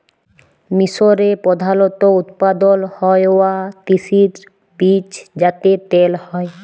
মিসরে প্রধালত উৎপাদল হ্য়ওয়া তিসির বীজ যাতে তেল হ্যয়